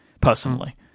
personally